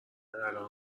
الان